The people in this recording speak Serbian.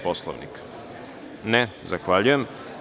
Poslovnika? (Ne) Zahvaljujem.